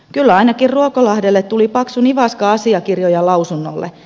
kyllä ainakin ruokolahdelle tuli paksu nivaska asiakirjoja lausunnolle